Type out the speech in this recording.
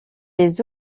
les